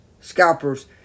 scalpers